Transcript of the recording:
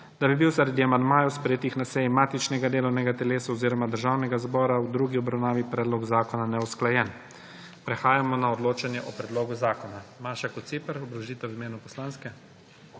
da bi bil zaradi amandmajev, sprejetih na seji matičnega delovnega telesa oziroma Državnega zbora v drugi obravnavi predlog zakona neusklajen. Prehajamo na odločanje o predlogu zakona. Maša Kociper, obrazložitev v imenu poslanske